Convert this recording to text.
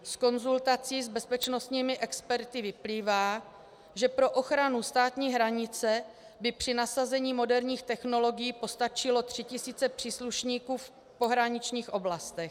Z konzultací s bezpečnostními experty vyplývá, že pro ochranu státní hranice by při nasazení moderních technologií postačily 3 tisíce příslušníků v pohraničních oblastech.